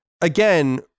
again